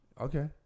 Okay